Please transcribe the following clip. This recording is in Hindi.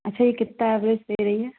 अच्छा ये कितना ऐवरेज दे रही है